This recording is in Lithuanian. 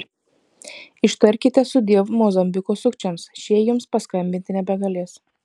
ištarkite sudiev mozambiko sukčiams šie jums paskambinti nebegalės